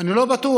אני לא בטוח,